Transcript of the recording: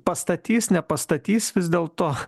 pastatys nepastatys vis dėlto